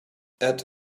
add